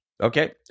Okay